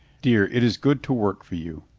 dear, it is good to work for you.